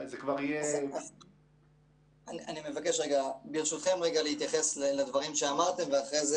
אני מבקש להתייחס למה שאמרתם ואחרי זה